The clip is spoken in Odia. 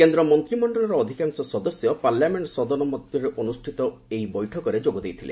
କେନ୍ଦ୍ର ମନ୍ତ୍ରିମଣ୍ଡଳର ଅଧିକାଂଶ ସଦସ୍ୟ ପାର୍ଲାମେଣ୍ଟ ସଦନ ମଧ୍ୟରେ ଅନୁଷ୍ଠିତ ଏହି ବୈଠକରେ ଯୋଗ ଦେଇଥିଲେ